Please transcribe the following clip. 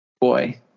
Boy